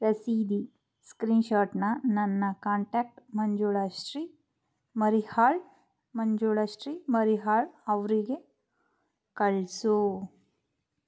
ರಸೀದಿ ಸ್ಕ್ರೀನ್ಶಾಟನ್ನು ನನ್ನ ಕಾಂಟ್ಯಾಕ್ಟ್ ಮಂಜುಳಶ್ರೀ ಮರಿಹಾಳ್ ಮಂಜುಳಶ್ರೀ ಮರಿಹಾಳ್ ಅವರಿಗೆ ಕಳಿಸು